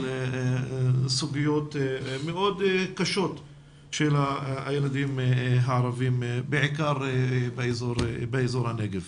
סוגיות מאוד קשות של הילדים הערבים בעיקר באזור הנגב.